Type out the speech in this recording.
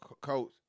coach